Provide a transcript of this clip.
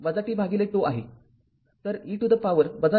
तर e to the power ०